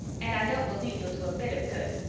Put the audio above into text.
and i don't believe you'll do a bit of good.